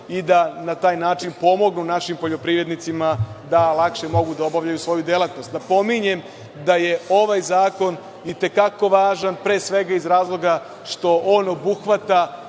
i da na taj način pomognu našim poljoprivrednicima da lakše mogu da obavljaju svoju delatnost. Napominjem da je ovaj zakon i te kako važan, pre svega iz razloga što on obuhvata